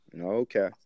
Okay